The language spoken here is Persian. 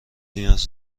نیاز